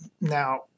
Now